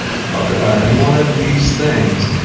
or talk about any one of these things,